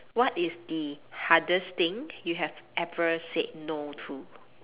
what is the hardest thing you have ever said no to